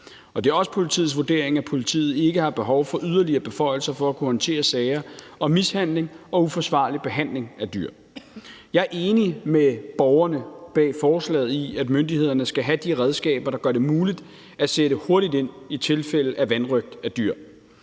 Det er også politiets vurdering, at politiet ikke har behov for yderligere beføjelser for at kunne håndtere sager om mishandling og uforsvarlig behandling af dyr. Jeg er enig med borgerne bag forslaget i, at myndighederne skal have de redskaber, der gør det muligt at sætte hurtigt ind i tilfælde af vanrøgt af dyr.